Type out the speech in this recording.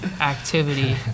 activity